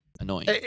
annoying